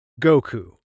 Goku